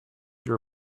your